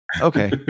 Okay